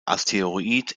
asteroid